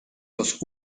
los